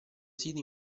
siti